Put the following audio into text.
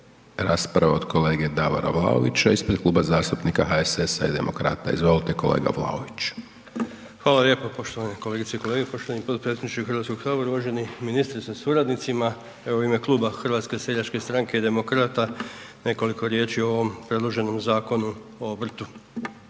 rasprava od kolege Davora Vlaovića ispred Kluba zastupnika HSS-a i Demokrata. Izvolite, kolega Vlaović. **Vlaović, Davor (HSS)** Hvala lijepo. Poštovane kolegice i kolege, poštovani potpredsjedniče Hrvatskog sabora, uvaženi ministre sa suradnicima, evo u ime kluba HSS-a i Demokrata, nekoliko riječi o ovom predloženom Zakonu o obrtu.